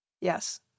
Yes